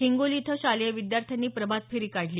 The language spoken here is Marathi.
हिंगोली इथं शालेय विद्यार्थ्यांनी प्रभातफेरी काढली